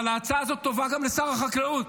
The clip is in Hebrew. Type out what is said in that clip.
אבל ההצעה הזאת טובה גם לשר החקלאות.